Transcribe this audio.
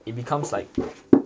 it becomes like